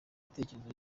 ibitekerezo